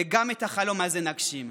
וגם את החלום הזה נגשים.